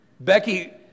Becky